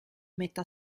metà